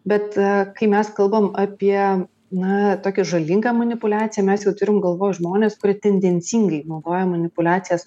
bet kai mes kalbam apie na tokią žalingą manipuliaciją mes turim galvoj žmones kurie tendencingai naudoja manipuliacijas